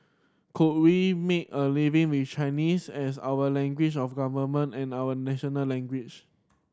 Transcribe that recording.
could we make a living with Chinese as our language of government and our national language